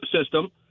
system